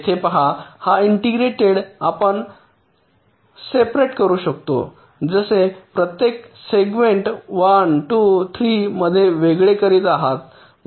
येथे पहा हा इंटिग्रल आपण सेपरेट करू शकतो जसे प्रत्येक सेगमेंट 1 2 3 मध्ये वेगळे करीत आहात